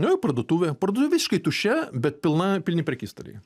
nuėjau į parduotuvę parduotuvė visiškai tuščia bet pilna pilni prekystaliai